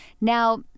now